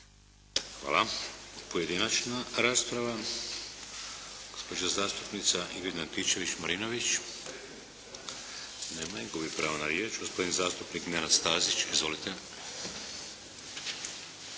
Hvala. Pojedinačna rasprava. Gospođa zastupnica Ingrid Antičević-Marinović. Nema je. Gubi pravo na riječ. Gospodin zastupnik Nenad Stazić. Izvolite.